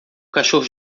cachorro